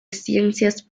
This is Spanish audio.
ciencias